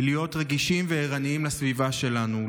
היא להיות רגישים וערניים לסביבה שלנו,